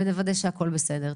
ונוודא שהכול בסדר.